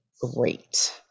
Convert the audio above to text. great